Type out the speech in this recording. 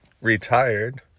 retired